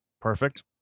Perfect